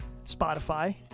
Spotify